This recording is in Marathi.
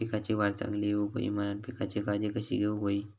पिकाची वाढ चांगली होऊक होई म्हणान पिकाची काळजी कशी घेऊक होई?